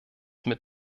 mit